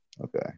Okay